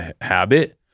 habit